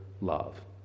love